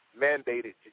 mandated